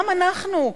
גם אנחנו,